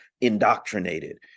indoctrinated